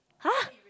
!huh!